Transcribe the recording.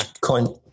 coin